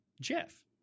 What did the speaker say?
Jeff